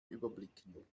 überblicken